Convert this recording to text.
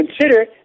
consider